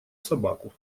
собаку